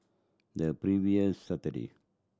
the previous Saturday